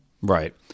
Right